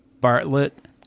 Bartlett